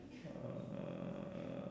uh